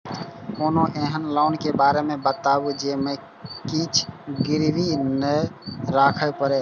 कोनो एहन लोन के बारे मे बताबु जे मे किछ गीरबी नय राखे परे?